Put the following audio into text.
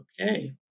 Okay